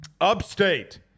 Upstate